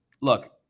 look